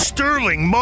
Sterling